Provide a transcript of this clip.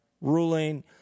ruling